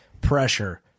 pressure